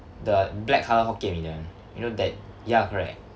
the black colour hokkien mee that one you know that ya correct